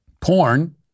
Porn